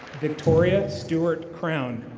victoria stewart crown.